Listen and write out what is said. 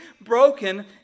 broken